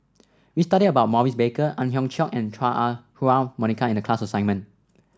we studied about Maurice Baker Ang Hiong Chiok and Chua Ah Huwa Monica in the class assignment